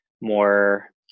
more